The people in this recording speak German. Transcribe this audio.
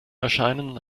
erscheinen